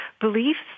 beliefs